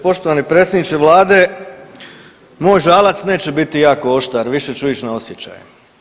Poštovani predsjedniče vlade moj žalac neće biti jako oštar više ću ići na osjećaje.